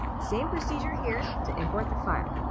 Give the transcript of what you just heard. same procedure here to import the file.